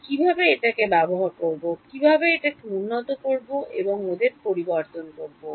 আমি কিভাবে এটাকে ব্যবহার করব কিভাবে এটাকে উন্নত করবো এবং ওদের পরিবর্তন করব